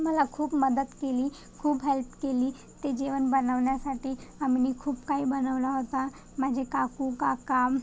मला खूप मदत केली खूप हेल्प केली ते जेवण बनवण्यासाठी आमीनी खूप काही बनवला होता माझे काकू काका